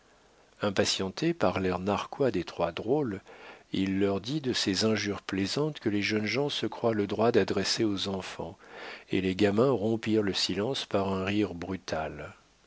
impatienté par l'air narquois des trois drôles il leur dit de ces injures plaisantes que les jeunes gens se croient le droit d'adresser aux enfants et les gamins rompirent le silence par un rire brutal